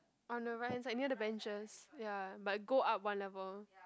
on the right hand side near the benches ya but go up one level